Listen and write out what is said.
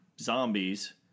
zombies